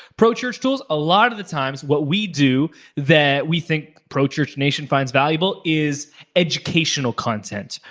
pro church tools, a lot of the times what we do that we think pro church nation finds valuable is educational content,